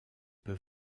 peut